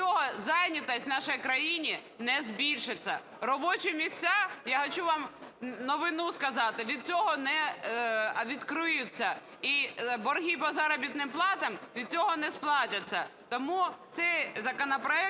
зайнятість в нашій країні не збільшиться. Робочі місця, я хочу вам новину сказати, від цього не відкриються. І борги по заробітним платам від цього не сплатяться. Тому цей законопроект